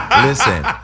Listen